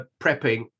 prepping